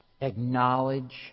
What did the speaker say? acknowledge